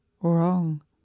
wrong